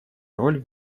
роль